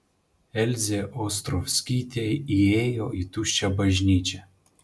elzė ostrovskytė įėjo į tuščią bažnyčią